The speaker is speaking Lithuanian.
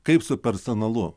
kaip su personalu